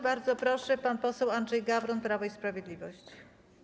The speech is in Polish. Bardzo proszę, pan poseł Andrzej Gawron, Prawo i Sprawiedliwość.